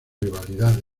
rivalidad